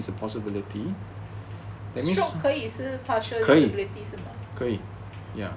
stroke 可以是 partially disability 是吗